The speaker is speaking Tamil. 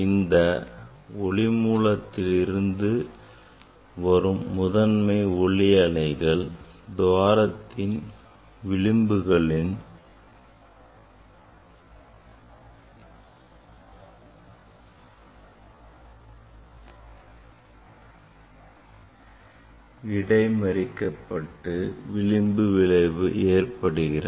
இந்த ஒளி மூலத்திலிருந்து இருந்து வரும் முதன்மை ஒளி அலைகள் துவாரத்தின் விளிம்புகளால் இடை மறிக்கப்பட்டு விளிம்பு விளைவு ஏற்படுகிறது